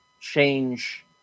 change